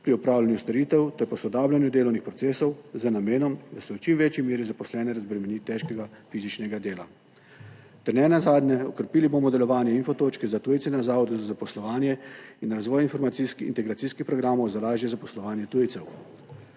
pri opravljanju storitev ter posodabljanju delovnih procesov z namenom, da se v čim večji meri zaposlene razbremeni težkega fizičnega dela. Ter nenazadnje, okrepili bomo delovanje info točke za tujce na zavodu za zaposlovanje in razvoj informacijskih integracijskih programov za lažje zaposlovanje tujcev.